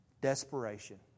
Desperation